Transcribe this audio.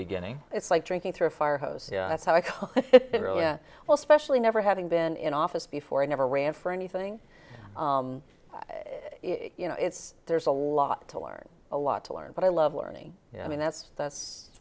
beginning it's like drinking through a fire hose that's how i cook it really well specially never having been in office before i never ran for anything you know it's there's a lot to learn a lot to learn but i love learning i mean that's that's